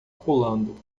pulando